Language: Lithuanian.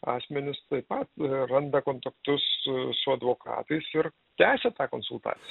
asmenys taip pat ir randa kontaktus su advokatais ir tęsia tą konsultaciją